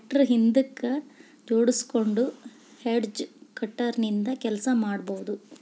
tractor ಹಿಂದಕ್ ಜೋಡ್ಸ್ಕೊಂಡು hedge cutter ನಿಂದ ಕೆಲಸ ಮಾಡ್ಬಹುದು